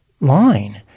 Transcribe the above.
line